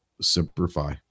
Simplify